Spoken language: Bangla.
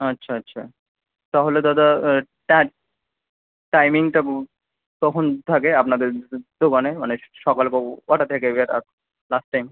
আচ্ছা আচ্ছা তাহলে দাদা টাইমিংটা কখন থাকে আপনাদের তো মানে মানে সকাল কটা থেকে লাস্ট টাইম